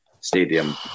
Stadium